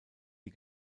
die